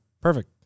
Perfect